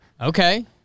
Okay